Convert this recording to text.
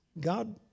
God